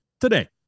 today